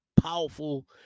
powerful